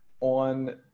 on